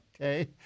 Okay